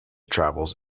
travels